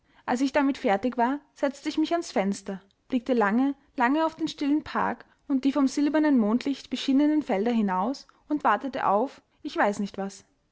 als ich damit fertig war setzte ich mich ans fenster blickte lange lange auf den stillen park und die vom silbernen mondlicht beschienenen felder hinaus und wartete auf ich weiß nicht was